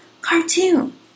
cartoon